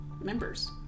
members